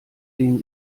den